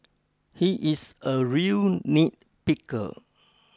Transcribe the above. he is a real nitpicker